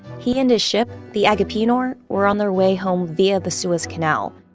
he and his ship, the agapenor, were on their way home via the suez canal,